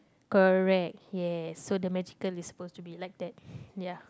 correct yes so the magical is suppose to be like that ya